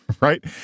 right